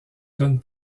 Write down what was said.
donne